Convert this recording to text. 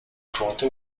fronte